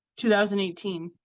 2018